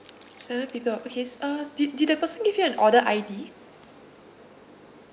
seven people okay uh did did the person give you an order I_D